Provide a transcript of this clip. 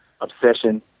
obsession